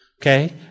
Okay